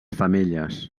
femelles